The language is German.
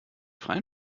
freien